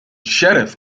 sheriff